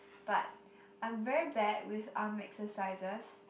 but I'm very bad with arm exercises